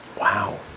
wow